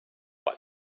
but